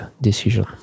decision